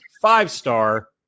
five-star